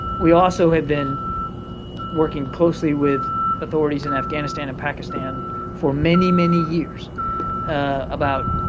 we also have been working closely with authorities in afghanistan and pakistan for many, many years about